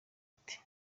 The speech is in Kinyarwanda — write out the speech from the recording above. ati